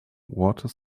water